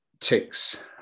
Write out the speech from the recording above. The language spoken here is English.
ticks